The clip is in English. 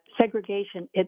segregation